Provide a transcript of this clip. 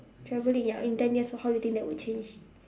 traveling ya in ten years how do you think that would change